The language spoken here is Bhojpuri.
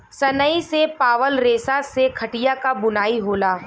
सनई से पावल रेसा से खटिया क बुनाई होला